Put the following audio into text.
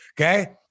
Okay